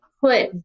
put